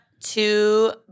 two